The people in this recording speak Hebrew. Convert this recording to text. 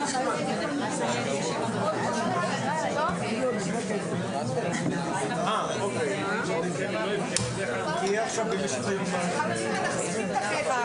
12:05.